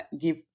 give